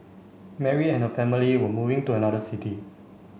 Mary and her family were moving to another city